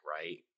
Right